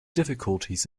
difficulties